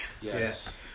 Yes